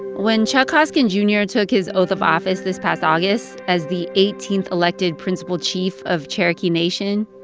when chuck hoskin jr. took his oath of office this past august as the eighteenth elected principal chief of cherokee nation.